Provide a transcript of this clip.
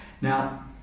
Now